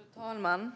Fru talman!